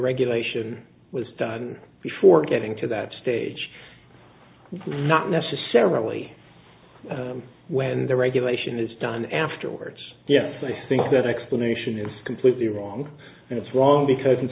regulation was done before getting to that stage not necessarily when the regulation is done afterwards yes i think that explanation is completely wrong and it's wrong because it